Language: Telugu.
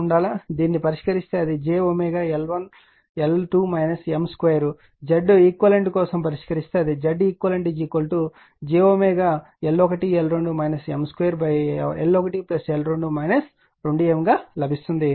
దీనిని పరిష్కరిస్తే అది j Zeq కోసం పరిష్కరిస్తే అది Zeq jL1 L2 2M గా లభిస్తుంది